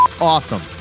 awesome